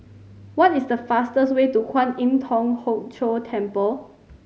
what is the fastest way to Kwan Im Thong Hood Cho Temple